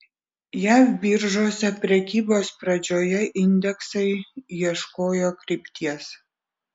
jav biržose prekybos pradžioje indeksai ieškojo krypties